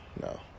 No